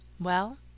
Well